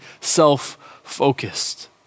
self-focused